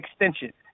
extension